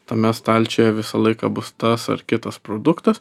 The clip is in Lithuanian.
tame stalčiuje visą laiką bus tas ar kitas produktas